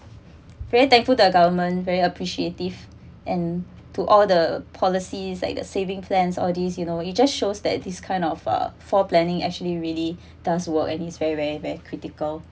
very thankful the government very appreciative and to all the policies like the saving plans all these you know you just shows that this kind of uh fall planning actually really does work and is very very very critical